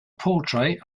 portrait